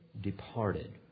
departed